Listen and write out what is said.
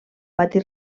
pati